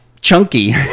chunky